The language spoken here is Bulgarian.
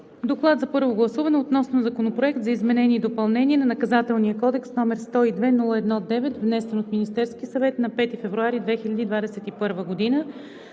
Предлагам на първо гласуване Законопроект за изменение и допълнение на Наказателния кодекс, № 102-01-9, внесен от Министерския съвет на 5 февруари 2021 г.